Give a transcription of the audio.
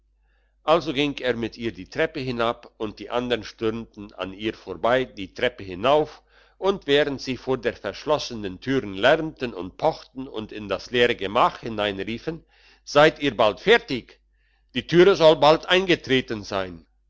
also ging er mit ihr die treppe hinab und die andern stürmten an ihr vorbei die treppe hinauf und während sie vor der verschlossenen türe lärmten und pochten und in das leere gemach hinein riefen seid ihr bald fertig die türe soll bald eingetreten sein